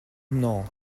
non